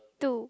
two